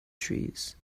trees